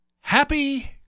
Happy